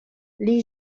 les